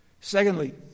Secondly